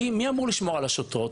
מי אמור לשמור על השוטרות?